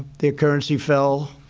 their currency fell